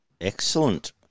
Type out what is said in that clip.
Excellent